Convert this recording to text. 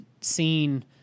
seen